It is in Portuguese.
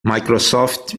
microsoft